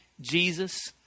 Jesus